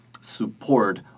support